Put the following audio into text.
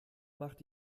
macht